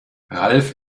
ralf